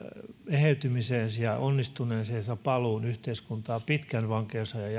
eheytymisensä ja paluunsa yhteiskuntaan pitkän vankeusajan